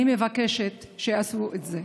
אני מבקשת שיעשו את זה.